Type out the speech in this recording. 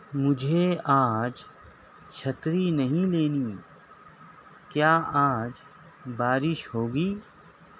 مجھے آج چھتری نہیں لینی کیا آج بارش ہوگی